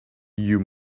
you